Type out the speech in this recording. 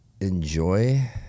enjoy